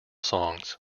songs